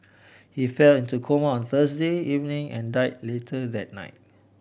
he fell into coma Thursday evening and died later that night